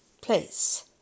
place